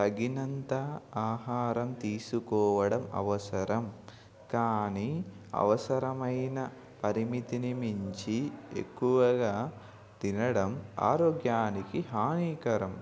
తగినంత ఆహారం తీసుకోవడం అవసరం కానీ అవసరమైన పరిమితిని మించి ఎక్కువగా తినడం ఆరోగ్యానికి హానికరం